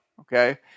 Okay